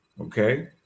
Okay